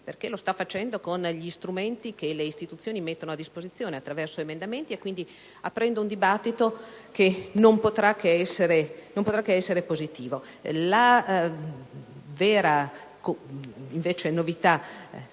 perché lo sta facendo con gli strumenti che le istituzioni mettono a disposizione: attraverso emendamenti e, quindi, aprendo un dibattito che non potrà che essere positivo. Invece, la vera novità